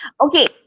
okay